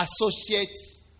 associates